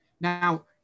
Now